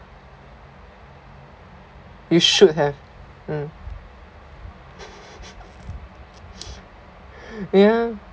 you should have hmm ya